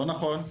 לא נכון.